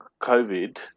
COVID